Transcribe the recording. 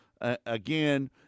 Again